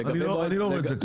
אני לא רואה את זה כך.